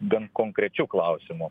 gan konkrečiu klausimu